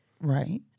Right